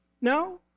No